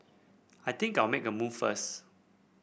I think I'll make a move first